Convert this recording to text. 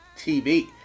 TV